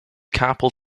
carpal